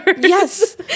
yes